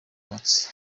umwotsi